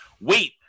wait